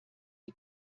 die